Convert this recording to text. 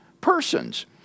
persons